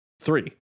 Three